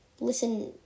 Listen